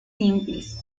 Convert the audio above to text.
simples